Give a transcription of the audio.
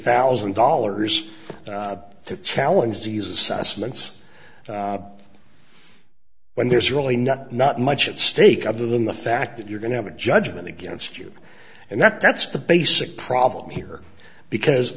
thousand dollars to challenge these assessments when there's really not not much at stake of the in the fact that you're going to have a judgement against you and that that's the basic problem here because